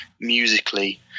musically